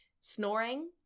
snoring